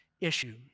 issue